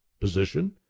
position